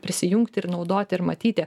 prisijungti ir naudoti ir matyti